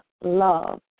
love